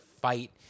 fight